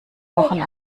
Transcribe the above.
wochen